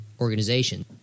organization